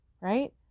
Right